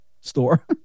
store